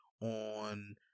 on